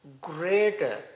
greater